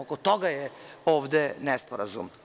Oko toga je ovde nesporazum.